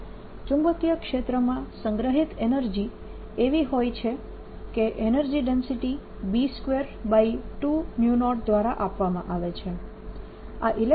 તેથી ચુંબકીય ક્ષેત્રમાં સંગ્રહિત એનર્જી એવી હોય છે કે એનર્જી ડેન્સિટી B220 દ્વારા આપવામાં આવે છે